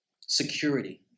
Security